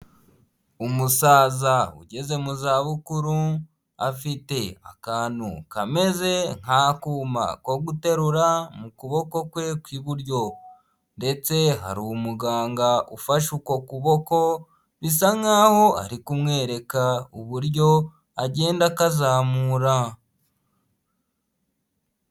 Umusaza ugeze mu zabukuru afite akantu kameze nk'akuma ko guterura mu kuboko kwe kw'iburyo ndetse hari umuganga ufashe uko kuboko, bisa nk'aho ari kumwereka uburyo agenda akazamura.